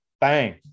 Bang